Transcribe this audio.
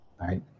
right